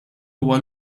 huwa